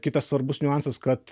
kitas svarbus niuansas kad